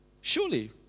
Surely